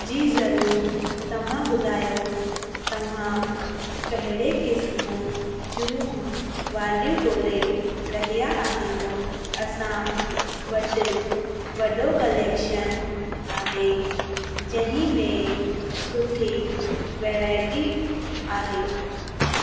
जी ज़रूरु तव्हां ॿुधायो तव्हां कहिड़े क़िस्म जूं वालियूं ॻोल्हे रहिया आहियो असां वटि वॾो कलैक्शन आहे जंहिं में सुठी वेराइटी आहे